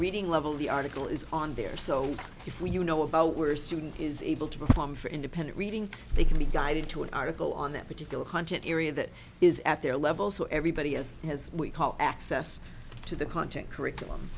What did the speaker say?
reading level the article is on there so if we you know about where student is able to perform for independent reading they can be guided to an article on that particular content area that is at their level so everybody has as we call access to the content curriculum